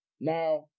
Now